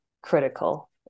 critical